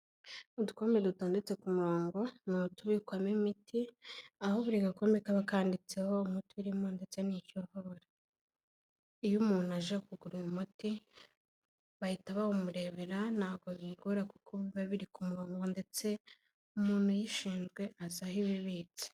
Udukombe dutondetse ku murongo ni utubikwamo imiti, aho buri gakombe kaba kanditseho umuti urimo ndetse n'icyo uvura. Iyo umuntu aje kugura umuti bahita bawumurebera ntabwo bimugora kuko biba biri ku murongo ndetse umuntu uyishinzwe azi aho iba ibitse.